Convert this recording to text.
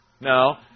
No